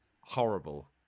horrible